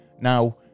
Now